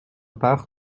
part